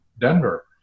Denver